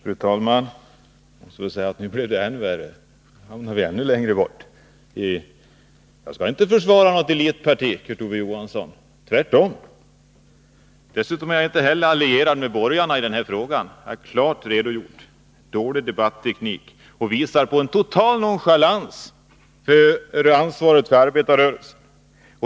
Fru talman! Jag skulle vilja säga att nu blir det ännu värre. Nu hamnar vi ännu längre bort. Jag skall inte försvara något elitparti, Kurt Ove Johansson, tvärtom. Dessutom är jag inte heller allierad med borgarna i den här frågan. Det har jag klart redogjort för. Att framställa ett sådant påstående är dålig debatteknik och visar på en total nonchalans beträffande ansvaret för arbetarrörelsen.